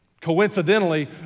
coincidentally